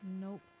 Nope